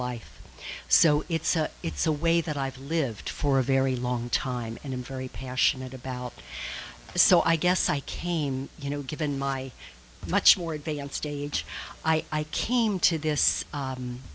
life so it's a it's a way that i've lived for a very long time and i'm very passionate about the so i guess i came you know given my much more advanced age i came to this